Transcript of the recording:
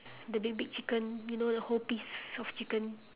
the big big chicken you know the whole piece soft chicken